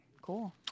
cool